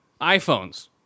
iPhones